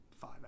five